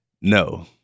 No